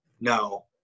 no